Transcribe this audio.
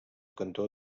cantó